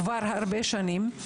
כבר הרבה שנים.